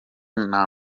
nta